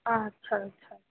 हा अच्छा अच्छा